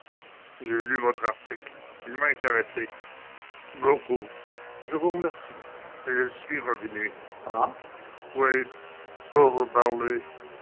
j'ai lu votre article il m'a intéressé beaucoup je vous remercie et je suis revenu ah oui pour vous parler